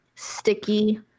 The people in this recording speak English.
sticky